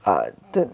ah